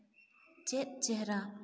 ᱪᱮᱫ ᱪᱮᱦᱨᱟ